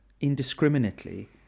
indiscriminately